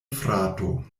frato